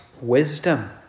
wisdom